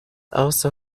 also